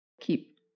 keep